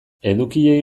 edukiei